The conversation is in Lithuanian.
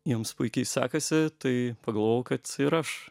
jums puikiai sekasi tai pagalvojau kad ir aš